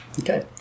Okay